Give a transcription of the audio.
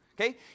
okay